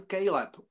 Caleb